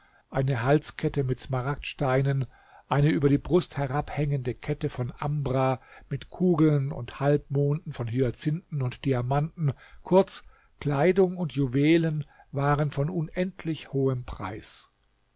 eine halskette mit smaragdsteinen eine über die brust herabhängende kette von ambra mit kugeln und halbmonden von hyacinthen und diamanten kurz kleidung und juwelen waren von unendlich hohem preis